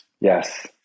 Yes